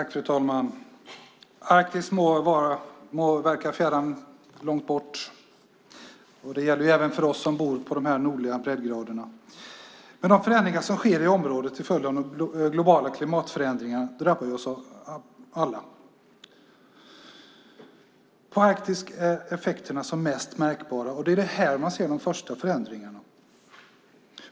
Fru talman! Arktis må verka fjärran, långt bort, även för oss som bor på dessa nordliga breddgrader, men de förändringar som sker i området till följd av de globala klimatförändringarna drabbar oss alla. På Arktis är effekterna som mest märkbara, och det är här man ser de första förändringarna.